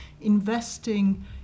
Investing